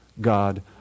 God